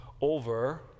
over